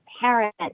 parent